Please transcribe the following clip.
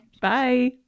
Bye